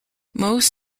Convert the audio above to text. most